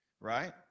right